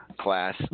class